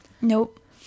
Nope